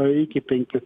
o iki penkių